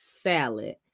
salad